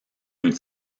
nous